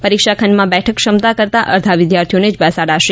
પરીક્ષા ખંડમાં બેઠક ક્ષમતા કરતાં અર્ધા વિદ્યાર્થીઓને જ બેસાડાશે